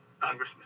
Congressman